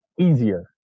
easier